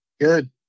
Good